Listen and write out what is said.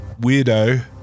weirdo